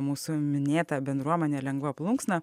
mūsų minėtą bendruomenę lengva plunksna